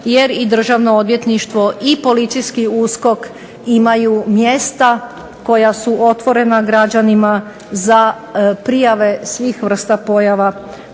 jer i Državno odvjetništvo i policijski USKOK imaju mjesta koja su otvorena građanima za prijave svih vrsta pojava